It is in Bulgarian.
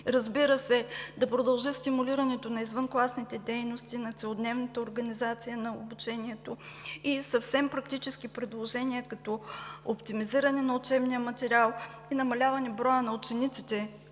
Разбира се, да продължи стимулирането на извънкласните дейности, на целодневната организация на обучението и съвсем практически предложения като оптимизиране на учебния материал и намаляване броя на учениците